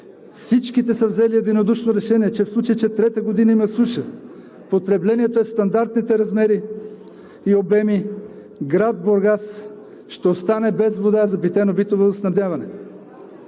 всичките са взели единодушно решение. В случай че трета година има суша, потреблението е в стандартните размери и обеми, град Бургас ще остане без вода за питейно-битово водоснабдяване.